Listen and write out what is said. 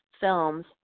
films